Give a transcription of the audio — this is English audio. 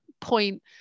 point